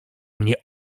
mnie